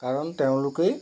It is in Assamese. কাৰণ তেওঁলোকেই